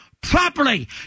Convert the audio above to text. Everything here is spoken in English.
properly